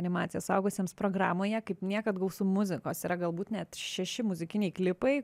animacija suaugusiems programoje kaip niekad gausu muzikos yra galbūt net šeši muzikiniai klipai